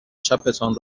چپتان